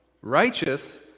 righteous